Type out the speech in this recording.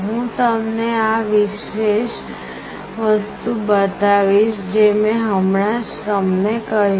હું તમને આ વિશેષ વસ્તુ બતાવીશ જે મેં હમણાં જ તમને કહ્યું